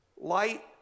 light